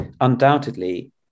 undoubtedly